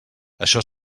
això